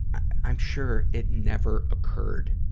i'm sure it never occurred,